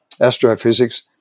astrophysics